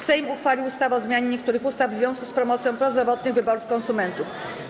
Sejm uchwalił ustawę o zmianie niektórych ustaw w związku z promocją prozdrowotnych wyborów konsumentów.